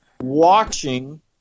watching